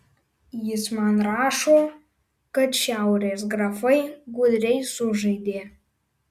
jis man rašo kad šiaurės grafai gudriai sužaidė